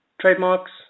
trademarks